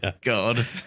God